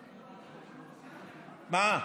מה?